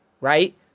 right